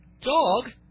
Dog